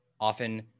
often